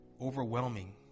overwhelming